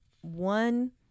one